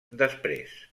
després